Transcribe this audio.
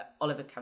Oliver